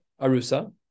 Arusa